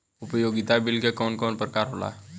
उपयोगिता बिल के कवन कवन प्रकार होला?